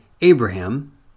Abraham